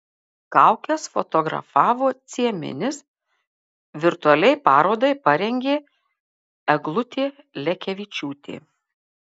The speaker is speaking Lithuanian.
kaukes fotografavo cieminis virtualiai parodai parengė eglutė lekevičiūtė